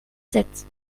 sept